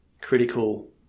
critical